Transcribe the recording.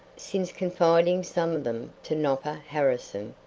since confiding some of them to nopper harrison,